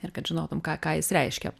ir kad žinotum ką ką jis reiškia